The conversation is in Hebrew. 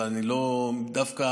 דווקא